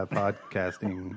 podcasting